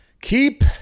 keep